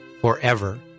forever